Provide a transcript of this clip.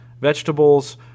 vegetables